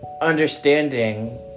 understanding